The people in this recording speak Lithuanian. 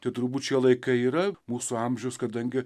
tai turbūt šie laikai yra mūsų amžius kadangi